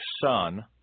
son